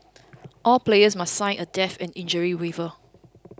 all players must sign a death and injury waiver